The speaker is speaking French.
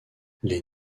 les